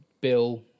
bill